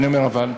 אני אומר אבל,